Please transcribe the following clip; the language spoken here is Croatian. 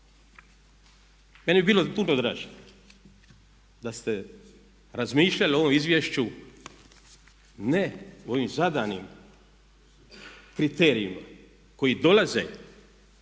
meni bi bilo puno draže da ste razmišljali o ovom izvješću ne u ovim zadanim kriterijima koji dolaze